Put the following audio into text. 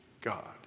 God